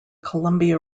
columbia